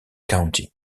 county